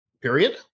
period